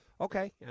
Okay